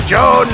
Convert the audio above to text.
Joe